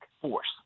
force